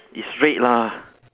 it's red lah